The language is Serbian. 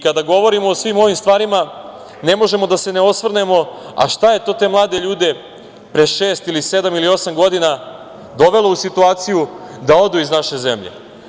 Kada govorimo o svim ovim stvarima, ne možemo da se ne osvrnemo – a šta je to te mlade ljude pre šest, sedam ili osam godina dovelo u situaciju da odu iz naše zemlje?